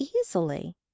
easily